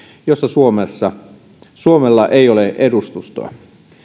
jossa suomella ei ole edustustoa